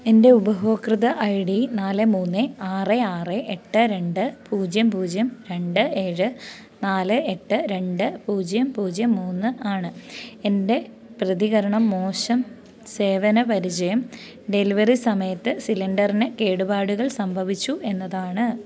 എൻ്റെ ഉപഭോക്തൃ I D നാല് മൂന്ന് ആറ് ആറ് എട്ട് രണ്ട് പൂജ്യം പൂജ്യം രണ്ട് ഏഴ് നാല് എട്ട് രണ്ട് പൂജ്യം പൂജ്യം മൂന്ന് ആണ് എൻ്റെ പ്രതികരണം മോശം സേവന പരിചയം ഡെലിവറി സമയത്ത് സിലിണ്ടറിന് കേടുപാടുകൾ സംഭവിച്ചു എന്നതാണ്